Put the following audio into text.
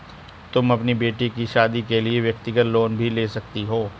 तुम अपनी बेटी की शादी के लिए व्यक्तिगत लोन भी ले सकती हो